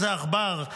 איזה עכבר,